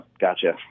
Gotcha